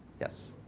yes.